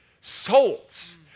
souls